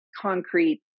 concrete